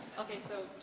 okay, so